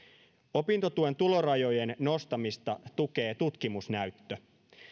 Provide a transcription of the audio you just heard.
opintotuen tulorajojen nostamista tukee tutkimusnäyttö